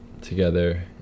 together